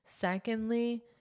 Secondly